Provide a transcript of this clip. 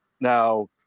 Now